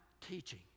teaching